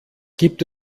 gibt